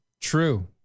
True